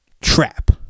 trap